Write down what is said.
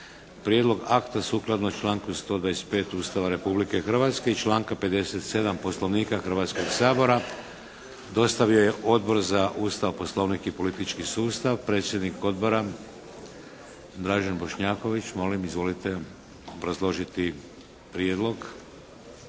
Prijedlog akta sukladno članku 125. Ustava Republike Hrvatske i članka 57. Poslovnika Hrvatskog sabora dostavio je Odbor za Ustav, poslovnik i politički sustav. Predsjednik Odbora, Dražen Bošnjaković. Molim izvolite obrazložiti prijedlog.